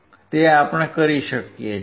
તે આપણે કરીએ છીએ